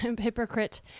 hypocrite